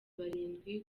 barindwi